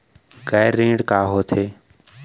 गैर ऋण का होथे?